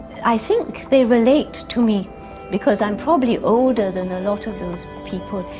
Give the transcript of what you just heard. i think they relate to me because i'm probably older than a lot of those people.